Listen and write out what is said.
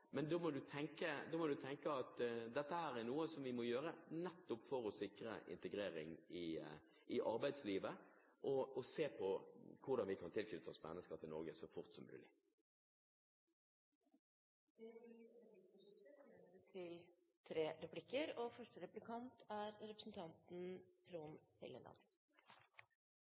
Men da må du tenke at det er noe vi må gjøre nettopp for å sikre integrering i arbeidslivet og for å se på hvordan Norge kan tilknytte seg mennesker så fort som mulig. Det blir replikkordskifte. Heikki Holmås betegner Høyres forslag som et linjeskifte, mens saksordføreren fra samme blokk, Lise Christoffersen, betegner det som en omkamp. Er